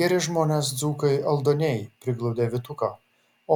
geri žmonės dzūkai aldoniai priglaudė vytuką